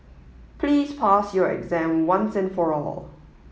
please pass your exam once and for all